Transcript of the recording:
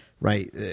right